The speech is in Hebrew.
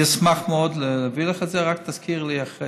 אני אשמח מאוד להביא לך את זה, רק תזכירי לי אחרי,